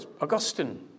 Augustine